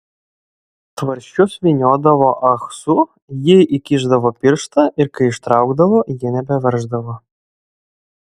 tvarsčius vyniodavo ahsu ji įkišdavo pirštą ir kai ištraukdavo jie nebeverždavo